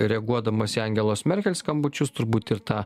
reaguodamas į angelos merkel skambučius turbūt ir tą